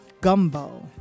gumbo